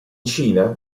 cina